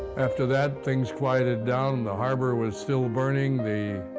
after that things quieted down, the harbor was still burning, the